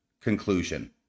conclusion